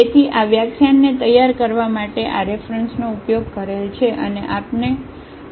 તેથી આ વ્યાખ્યાનને તૈયાર કરવા માટે આ રેફરન્સનો ઉપયોગ કરેલ છે